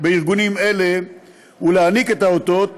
בארגונים האלה ולהעניק את האותות